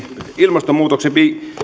ilmastonmuutoksen